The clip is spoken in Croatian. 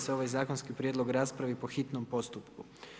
se ovaj zakonski prijedlog raspravi po hitnom postupku.